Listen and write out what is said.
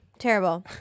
Terrible